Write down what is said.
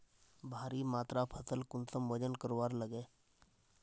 भारी मात्रा फसल कुंसम वजन करवार लगे?